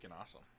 awesome